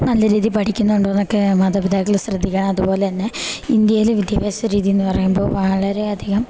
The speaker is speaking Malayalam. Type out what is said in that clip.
നല്ല രീതി പഠിക്കിന്നൊണ്ടോന്നൊക്കെ മാതപിതാക്കള് ശ്രദ്ധിക്കണം അതുപോലെന്നെ ഇന്ത്യയ്ല് വിദ്യാഭ്യാസ രീതിന്ന് പറയ്മ്പോ വളരെയധികം